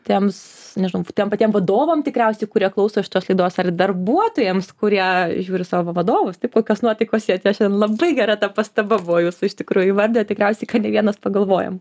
tiems nežinau tiem patiem vadovam tikriausiai kurie klauso šitos laidos ar darbuotojams kurie žiūri savo vadovus taip kokios nuotaikos jie atėjo šiandien labai gera ta pastaba buvo jūs iš tikrųjų įvardijot tikriausiai ką ne vienas pagalvojom